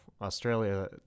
Australia